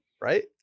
right